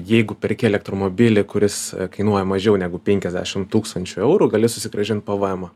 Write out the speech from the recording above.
jeigu perki elektromobilį kuris kainuoja mažiau negu penkiasdešim tūkstančių eurų gali susigrąžint pvmą